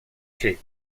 quay